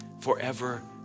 forever